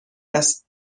است